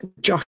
Josh